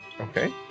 okay